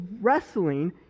wrestling